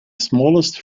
smallest